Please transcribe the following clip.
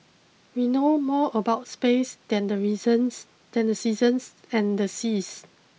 we know more about space than the reasons than the seasons and the seas